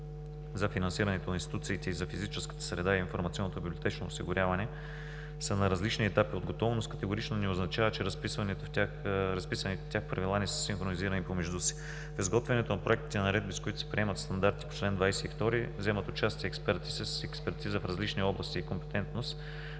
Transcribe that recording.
за финансирането на институциите и физическата среда и информационното библиотечно осигуряване са на различни етапи на готовност категорично не означава, че разписаните в тях правила не са синхронизирани помежду си. В изготвянето на проектите на наредби, с които се приемат стандартите по чл. 22, вземат участие експерти с експертиза в различни области и компетентност,